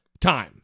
time